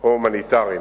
או הומניטריים.